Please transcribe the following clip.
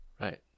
Right